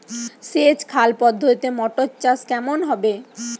সেচ খাল পদ্ধতিতে মটর চাষ কেমন হবে?